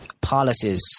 policies